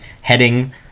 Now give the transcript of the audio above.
heading